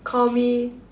call me